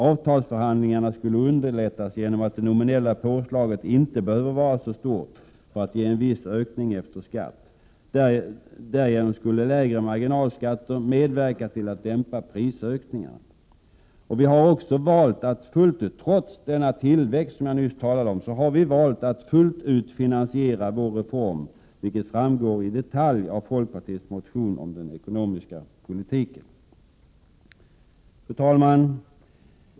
Avtalsförhandlingarna skulle underlättas genom att det nominella påslaget inte behöver vara så stort för att ge en viss ökning efter skatt. Därigenom skulle lägre marginalskatter medverka till att dämpa prisökningarna. Vi har valt att finansiera vår reform fullt ut, trots den tillväxt jag nyss talade om. Detta framgår i detalj av folkpartiets motion om den ekonomiska politiken. Fru talman!